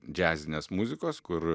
džiazinės muzikos kur